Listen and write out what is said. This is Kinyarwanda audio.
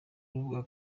rubuga